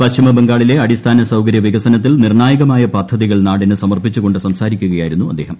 പശ്ചിമബംഗാളിലെ അടിസ്ഥാന സൌകര്യവികസന ത്തിൽ നിർണായകമായ പദ്ധതികൾ നാടിന് സമർപ്പിച്ചു കൊണ്ട് സംസാരിക്കുകയായിരുന്നു അദ്ദേഹം